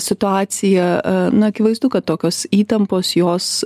situacija na akivaizdu kad tokios įtampos jos